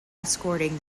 escorting